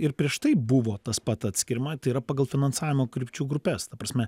ir prieš tai buvo tas pat atskiriama tai yra pagal finansavimo krypčių grupes ta prasme